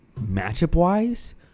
matchup-wise